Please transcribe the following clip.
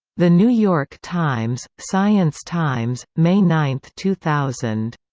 the new york times, science times, may nine, two thousand.